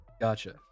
Gotcha